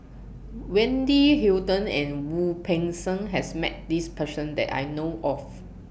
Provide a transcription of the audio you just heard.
Wendy Hutton and Wu Peng Seng has Met This Person that I know of